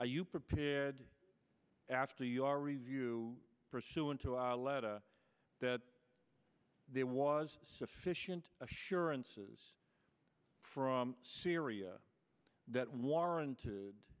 are you prepared after your review pursuant to our letter that there was sufficient assurances from syria that warrant